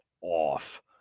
off